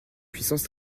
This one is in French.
puissance